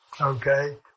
okay